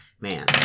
Man